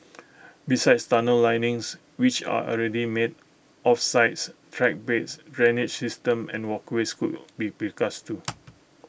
besides tunnel linings which are already made off sites track beds drainage systems and walkways could be precast too